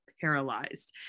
paralyzed